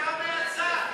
ובהנמקה מהצד.